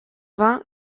vingt